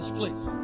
please